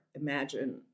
imagine